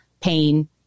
pain